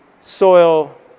soil